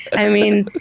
i mean,